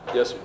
Yes